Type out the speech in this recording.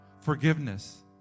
forgiveness